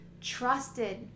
trusted